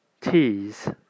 teas